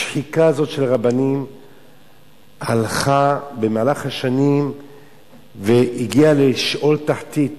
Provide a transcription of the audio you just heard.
השחיקה הזאת של שכר הרבנים במהלך השנים הלכה והגיעה לשאול תחתית,